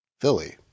Philly